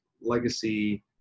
legacy